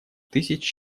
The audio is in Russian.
тысяч